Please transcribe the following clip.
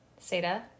Seda